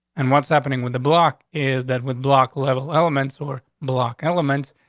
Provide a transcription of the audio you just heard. and what's happening with the block is that with block level elements or block elements,